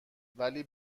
ولی